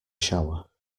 shower